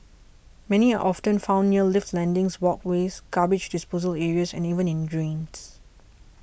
many are often found near lift landings walkways garbage disposal areas and even in drains